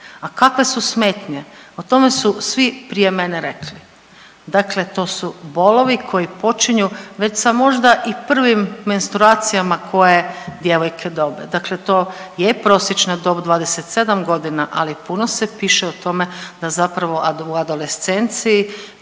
A kakve su smetnje? O tome su svi prije mene rekli, dakle to su bolovi koji počinju već sa možda i sa prvim menstruacijama koje djevojke dobe. Dakle, to je prosječna dob 27 godina, ali puno se piše o tome da zapravo u adolescenciji